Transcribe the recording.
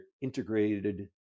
integrated